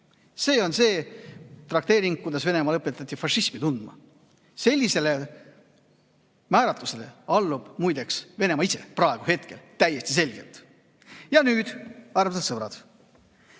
See on see trakteering, kuidas Venemaal õpetati fašismi tundma. Sellisele määratlusele allub muideks Venemaa ise praegu hetkel täiesti selgelt. Ja nüüd, armsad sõbrad.